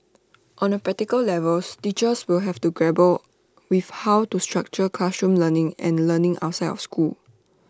on A practical levels teachers will have to grapple with how to structure classroom learning and learning outside of school